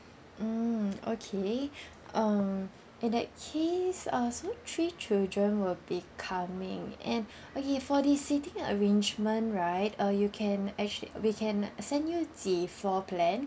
mm okay um in that case uh so three children will be coming and okay for the seating arrangement right uh you can actually we can send you the floor plan